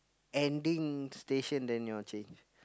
ending station then you all change